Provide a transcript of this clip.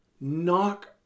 Knock